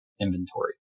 inventory